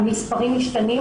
המספרים משתנים.